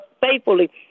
faithfully